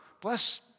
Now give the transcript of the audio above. Bless